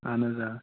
اَہن حظ آ